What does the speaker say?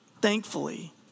Thankfully